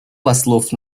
послов